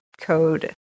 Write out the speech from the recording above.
code